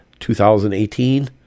2018